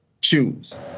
choose